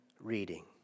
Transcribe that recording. reading